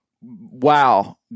Wow